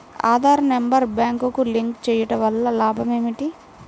Aadhaar number బ్యాంక్నకు link చేయుటవల్ల లాభం ఏమిటి?